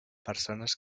persones